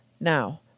now